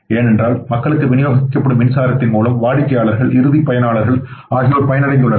ஏனென்றால் மக்களுக்கு விநியோகிக்கப்படும் மின்சாரத்தின் மூலம் வாடிக்கையாளர்கள் இறுதி பயனர்கள் ஆகியோர் பயனடைந்துள்ளனர்